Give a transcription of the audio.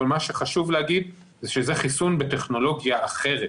אבל מה שחשוב להגיד שזה חיסון בטכנולוגיה אחרת